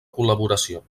col·laboració